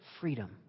freedom